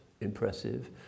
impressive